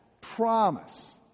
promise